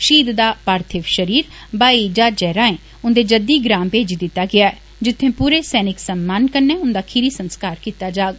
शहीद दा पार्थिव शरीर हवाई जहाजै राए उन्दे जद्दी ग्रां भेजी दिता गेदा ऐं जित्थें पूरे सैनिक सम्मान कन्नै उन्दा अखीरी संस्कार कीता जाग